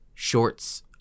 Shorts